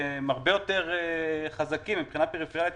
שהם הרבה יותר חזקים ומבחינה פריפריאלית